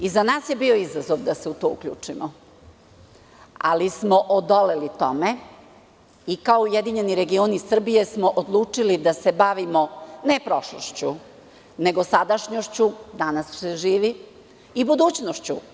I za nas je bio izazov da se u to uključimo, ali smo odoleli tome i kao URS smo odlučili da se bavimo, ne prošlošću, nego sadašnjošću, danas se živi, i budućnošću.